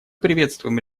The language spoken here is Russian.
приветствуем